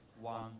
one